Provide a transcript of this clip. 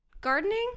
Gardening